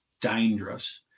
dangerous